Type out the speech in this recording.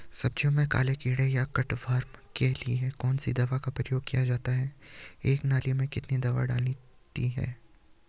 सब्जियों में काले कीड़े या कट वार्म के लिए कौन सी दवा का प्रयोग किया जा सकता है एक नाली में कितनी दवा डालनी है?